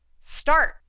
start